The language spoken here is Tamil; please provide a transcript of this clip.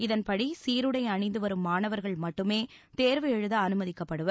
இதன்படி சீருடை அணிந்து வரும் மாணவர்கள் மட்டுமே தேர்வு எழுத அனுமதிக்கப்படுவர்